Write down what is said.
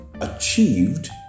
achieved